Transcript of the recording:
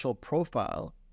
profile